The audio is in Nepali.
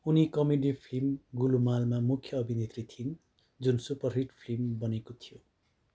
उनी कमेडी फिल्म गुलुमालमा मुख्य अभिनेत्री थिइन् जुन सुपरहिट फिल्म बनेको थियो